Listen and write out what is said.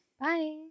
Bye